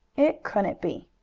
it couldn't be!